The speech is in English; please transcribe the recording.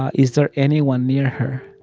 ah is there anyone near her?